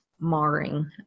marring